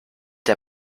der